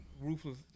ruthless